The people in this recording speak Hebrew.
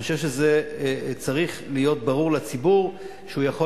אני חושב שזה צריך להיות ברור לציבור שהוא יכול